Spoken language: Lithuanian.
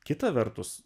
kita vertus